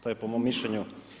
To je po mom mišljenju.